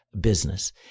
business